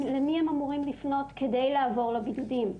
למי הם אמורים לפנות כדי לעבור לבידודים.